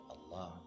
Allah